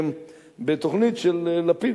בתוכנית של לפיד,